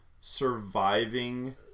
surviving